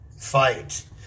fight